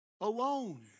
alone